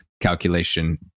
calculation